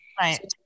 Right